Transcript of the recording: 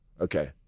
Okay